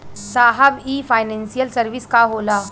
साहब इ financial service का होला?